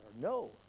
No